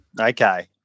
okay